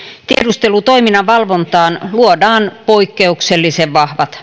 tiedustelutoiminnan valvontaan luodaan poikkeuksellisen vahvat